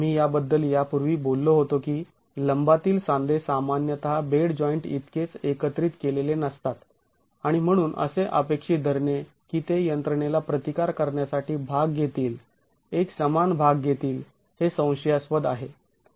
आम्ही याबद्दल यापूर्वी बोललो होतो की लंबातील सांधे सामान्यतः बेड जॉईंट इतकेच एकत्रित केलेले नसतात आणि म्हणून असे अपेक्षित धरणे की ते यंत्रणेला प्रतिकार करण्यासाठी भाग घेतील एक समान भाग घेतील हे संशयास्पद आहे